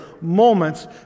moments